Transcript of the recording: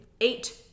Eight